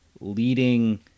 leading